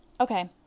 okay